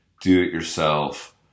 do-it-yourself